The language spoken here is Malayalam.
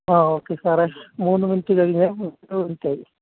ആ ഓക്കേ സാറേ മൂന്ന് മിനിറ്റ് കഴിഞ്ഞാൽ മുപ്പത് മിനിറ്റായി